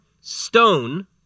stone